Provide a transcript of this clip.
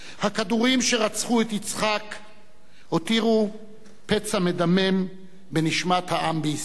הכדורים שרצחו את יצחק הותירו פצע מדמם בנשמת העם בישראל,